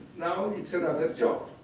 now it's another job.